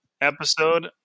episode